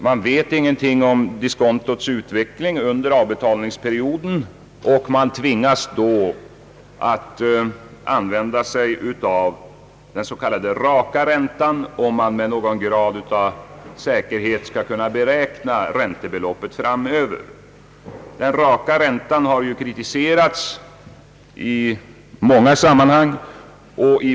Man vet ingenting om diskontots utveckling under avbetalningsperioden, och man tvingas då att använda sig av den s.k. raka räntan, om man med någon grad av säkerhet skall kunna beräkna räntebeloppet framöver. Den raka räntan har ju kritiserats i många sammanhang.